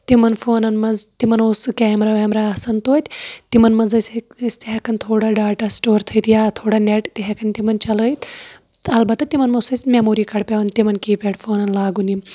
تِمن فونن منٛز تِمن اوس سُہ کیمرا ویمرا آسان توتہِ تِمن منٛز ٲسۍ أسۍ ہیٚکن تھوڑا ڈاٹا سِٹور تھٲوِتھ یا تھوڑا نیٹ تہِ ہیٚکان تِمن چلٲیِتھ تہٕ اَلبتہ تِمن اوس اَسہِ میٚموری کارڈ پیٚوان تِمن کیپیڈ فونن لاگُن